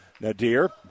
Nadir